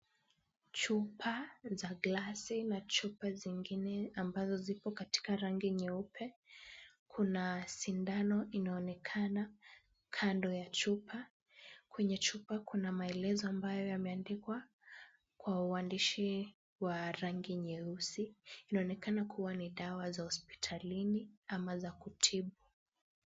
Chupa za glasi na chupa zingine ambazo ziko katika rangi nyeupe, kuna sindano inaonekana kando ya chupa. Kwenye chupa kuna maelezo ambayo yameandikwa kwa uandishi ya rangi nyeusi. Inaonekana kuwa ni dawa za hospitalini ama za kutibu.